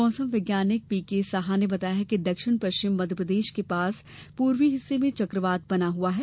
मौसम वैज्ञानिक पीके साहा ने बताया कि दक्षिण पश्चिमी मप्र के पास ऊपरी हिस्से में चक्रवात बना हुआ है